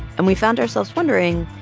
and we found ourselves wondering,